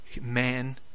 man